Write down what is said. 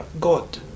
God